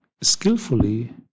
skillfully